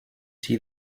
see